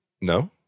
No